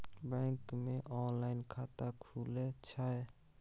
Bank मे online खाता खुले छै?